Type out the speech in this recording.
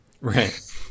Right